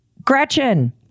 Gretchen